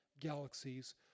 galaxies